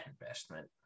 investment